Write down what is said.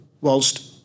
whilst